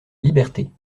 liberté